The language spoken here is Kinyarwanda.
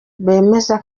bemeza